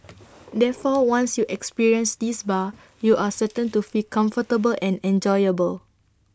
therefore once you experience this bar you are certain to feel comfortable and enjoyable